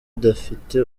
idafite